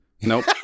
Nope